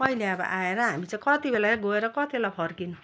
कहिले अब आएर हामी चाहिँ कति बेला गएर कति बेला फर्किनु